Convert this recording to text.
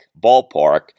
Ballpark